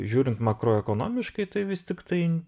žiūrint makroekonomiškai tai vis tiktai